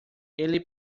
ele